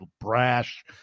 brash